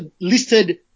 listed